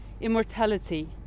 immortality